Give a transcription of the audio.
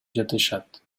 жатышат